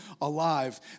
alive